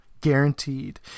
Guaranteed